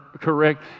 correct